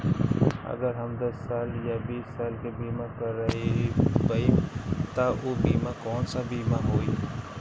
अगर हम दस साल या बिस साल के बिमा करबइम त ऊ बिमा कौन सा बिमा होई?